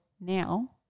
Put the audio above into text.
now